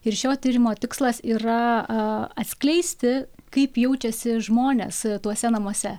ir šio tyrimo tikslas yra a atskleisti kaip jaučiasi žmonės tuose namuose